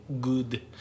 good